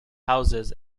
houses